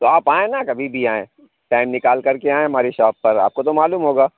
تو آپ آئیں نا کبھی بھی آئیں ٹائم نکال کر کے آئیں ہماری شاپ پر آپ کو تو معلوم ہوگا